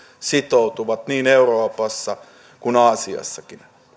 sitoutuvat niin euroopassa kuin aasiassakin